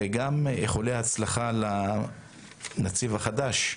וגם איחולי הצלחה לנציב החדש,